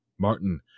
Martin